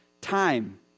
time